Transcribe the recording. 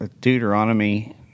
Deuteronomy